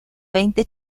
veinte